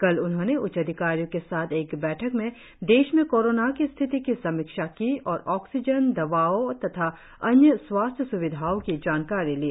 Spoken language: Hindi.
कल उन्होंने उच्चाधिकारियों के साथ एक बैठक में देश में कोरोना की स्थिति की समीक्षा की और ऑक्सीजन दवाओं तथा अन्य स्वास्थ्य स्विधाओं की जानकारी ली